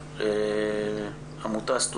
אני פה מטעם עמותת "שונים שינוי",